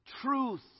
Truth